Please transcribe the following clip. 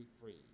free